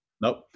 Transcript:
Nope